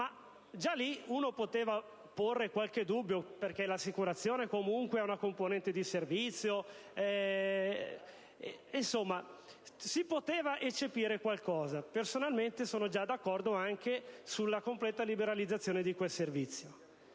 riguardo si poteva porre qualche dubbio, perché l'assicurazione comunque è una componente di servizio, e si poteva eccepire qualcosa. Personalmente sono d'accordo anche sulla completa liberalizzazione di quel servizio.